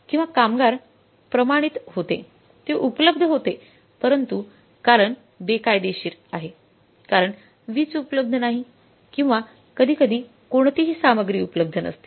किंवा कामगार प्रामाणिक होते ते उपलब्ध होते परंतु कारण बेकायदेशीर आहे कारण वीज उपलब्ध नाही किंवा कधीकधी कोणतीही सामग्री उपलब्ध नसते